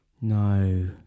No